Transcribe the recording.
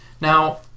Now